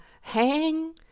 hang